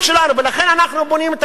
ולכן אנחנו בונים את הגדר,